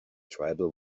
tribal